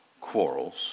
quarrels